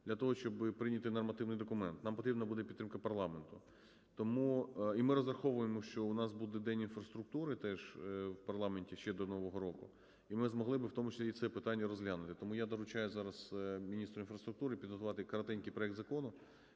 для того, щоби прийняти нормативний документ, нам потрібна буде підтримка парламенту. Тому… І ми розраховуємо, що у нас буде день інфраструктури теж в парламенті, ще до Нового року, і ми б змогли в тому числі і це питання розглянути. Тому я доручаю зараз міністру інфраструктури підготувати коротенький проект закону